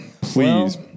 Please